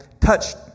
touched